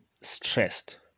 stressed